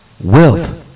wealth